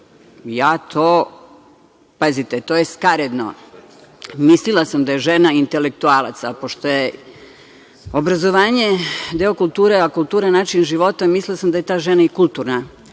glavu. Pazite, to je skaredno. Mislila sam da je žena intelektualac, ali, pošto je obrazovanje deo kulture, a kultura je način života, mislila sam da je ta žena i kulturna.